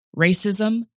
racism